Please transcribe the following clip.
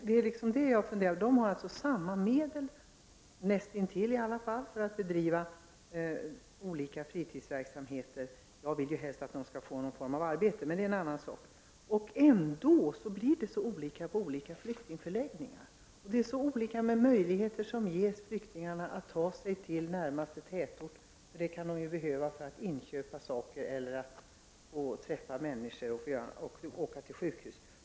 De har alltså lika stora anslag, näst intill i alla fall, för att bedriva fritidsverksamhet — jag vill helst att flyktingarna skall få arbete — men ändå blir resultatet så olika vid olika flyktingförläggningar. De möjligheter som ges flyktingarna att ta sig till närmaste tätort är ju så olika. Det är något de kan behöva för att inköpa saker eller för att träffa människor och åka till sjukhus.